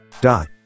dot